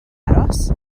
aros